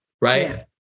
right